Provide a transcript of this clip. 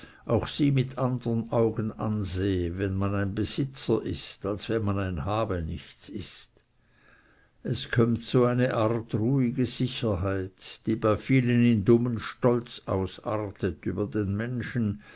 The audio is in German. auch sie mit andern augen ansehe wenn man ein besitzer ist als wenn man ein habenichts ist es kömmt so eine art ruhige sicherheit die bei vielen in dummen stolz ausartet über den menschen